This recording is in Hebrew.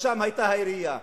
ומשם היתה הירייה.